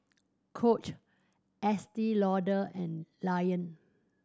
Coach Estee Lauder and Lion